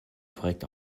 korrekt